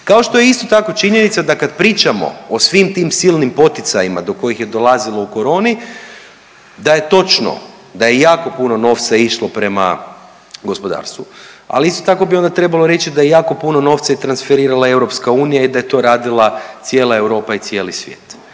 kao što je isto tako činjenica da kad pričamo o svim tim silnim poticajima do kojih je dolazilo u coroni da je točno da je jako puno novca išlo prema gospodarstvu. Ali isto tako bi onda trebalo reći da je jako puno novca i transferirala EU i da je to radila cijela Europa i cijeli svijet.